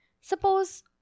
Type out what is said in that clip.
Suppose